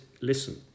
listen